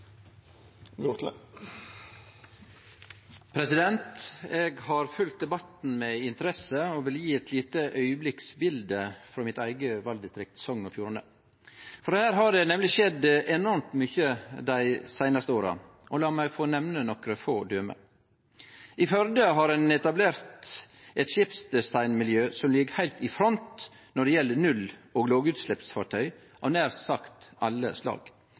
Eg har følgt debatten med interesse og vil gje eit lite augeblikksbilde frå mitt eige valdistrikt, Sogn og Fjordane, for der har det nemleg skjedd enormt mykje dei seinaste åra. Lat meg få nemne nokre få døme: I Førde har ein etablert eit skipsdesignmiljø som ligg heilt i front når det gjeld null- og lågutsleppsfartøy av nær sagt alle slag.